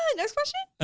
and next question?